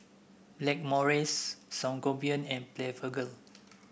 Blackmores Sangobion and Blephagel